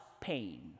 pain